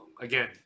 again